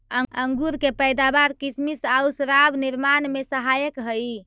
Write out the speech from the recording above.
अंगूर के पैदावार किसमिस आउ शराब निर्माण में सहायक हइ